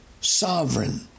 sovereign